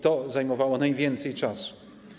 To zajmowało najwięcej czasu.